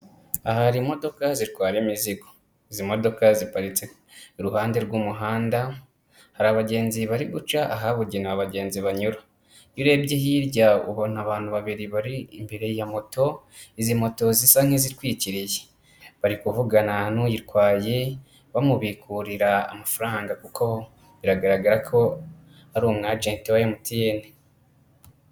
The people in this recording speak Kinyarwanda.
Aha hari imodoka zitwara imizigo. Izi modoka ziparitse iruhande rw'umuhanda, hari abagenzi bari guca ahabugenewe abagenzi banyura. Iyo urebye hirya ubona abantu babiri bari imbere ya moto, izi moto zisa nk'izitwikiriye. Bari kuvugana n'uyitwaye bamubikurira amafaranga kuko biragaragara ko ari umu agenti wa MTN.